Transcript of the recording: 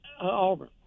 Auburn